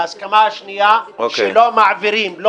ההסכמה השנייה הייתה שלא מעבירים לא